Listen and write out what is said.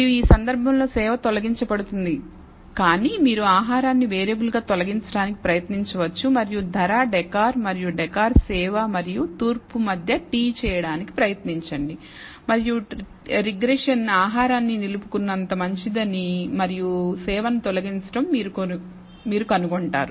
మరియు ఈ సందర్భంలో సేవ తొలగించబడుతోంది కానీ మీరు ఆహారాన్ని వేరియబుల్ గా తొలగించడానికి ప్రయత్నించవచ్చు మరియు ధర డెకర్ మరియు డెకర్ సేవ మరియు తూర్పు మధ్య t చేయడానికి ప్రయత్నించండి మరియు రిగ్రెషన్ ఆహారాన్ని నిలుపుకున్నంత మంచిదని మరియు సేవను తొలగించటం మీరు కనుగొంటారు